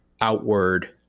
outward